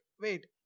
wait